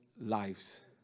lives